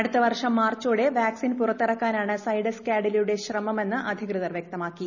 അടുത്ത് പൂർഷം മാർച്ചോടെ വാക്സിൻ പുറത്തിറക്കാനാണ് സൈഡസ് കായിലയുടെ ശ്രമമെന്ന് അധികൃതർ വ്യക്തമാക്കി